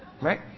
Right